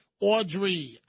Audrey